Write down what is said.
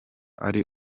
ari